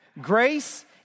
Grace